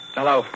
Hello